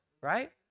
right